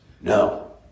No